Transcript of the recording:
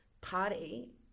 party